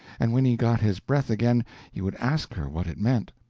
and when he got his breath again he would ask her what it meant.